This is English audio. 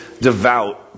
devout